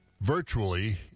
virtually